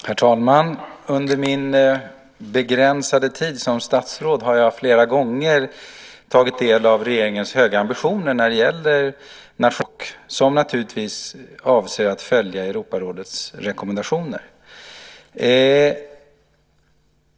Herr talman! Under min begränsade tid som statsråd har jag flera gånger tagit del av regeringens höga ambitioner när det gäller nationella minoriteter och minoritetsspråk. Vi avser naturligtvis att följa Europarådets rekommendationer.